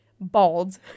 Bald